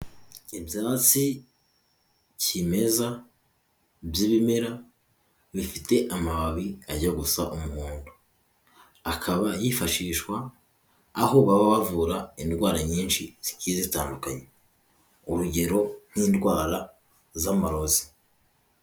Ibyatsi kimeza by'ibimera bifite amababi ajya gusa umuhondo. Akaba yifashishwa aho baba bavura indwara nyinshi zigiye zitandukanye urugero nk'indwara z'amarozi.